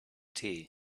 tea